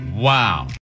Wow